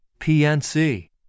PNC